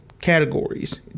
categories